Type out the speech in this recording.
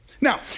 Now